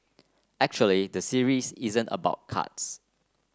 actually the series isn't about cards